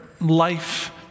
life